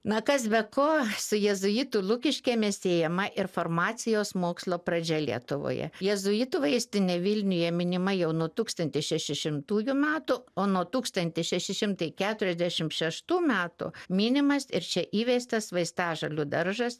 na kas be ko su jėzuitų lukiškėmis siejama ir farmacijos mokslo pradžia lietuvoje jėzuitų vaistinė vilniuje minima jau nuo tūkstantis šeši šimtųjų metų o nuo tūkstantis šeši šimtai keturiasdešimt šeštų metų minimas ir čia įveistas vaistažolių daržas